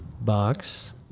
Box